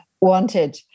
wanted